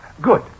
Good